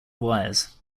wires